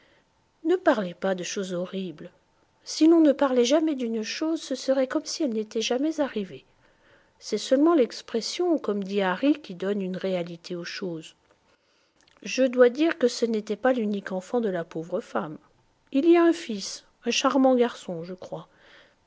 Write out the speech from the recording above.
ne parlez pas de choses horribles si l'on ne parlait jamais d'une chose ce serait comme si elle n'était jamais arrivée c'est seulement l'expression comme dit harry qui donne une réalité aux choses je dois dire que ce n'était pas l'unique enfant de la pauvre femme il y a un fils un charmant garçon je crois